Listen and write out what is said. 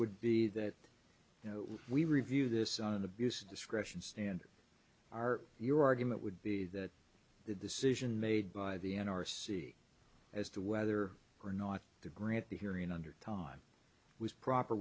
would be that you know we review this on the busa discretion standard are you argument would be that the decision made by the n r c as to whether or not to grant the hearing under time was proper